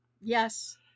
Yes